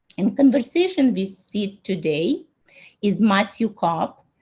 in conversation we see today is matthew cobb,